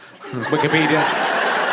Wikipedia